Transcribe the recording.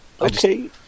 okay